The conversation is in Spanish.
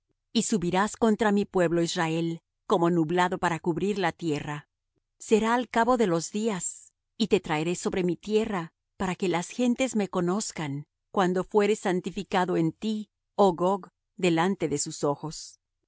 y subirás contra mi pueblo israel como nublado para cubrir la tierra será al cabo de los días y te traeré sobre mi tierra para que las gentes me conozcan cuando fuere santificado en ti oh gog delante de sus ojos así